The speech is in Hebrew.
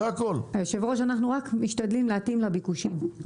היושב ראש, אנחנו משתדלים להתאים לביקושים.